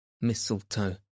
mistletoe